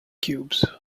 cubes